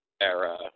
era